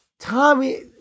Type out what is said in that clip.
Tommy